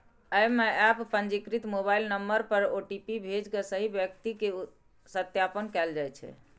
अय मे एप पंजीकृत मोबाइल नंबर पर ओ.टी.पी भेज के सही व्यक्ति के सत्यापन कैल जाइ छै